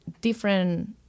different